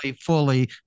fully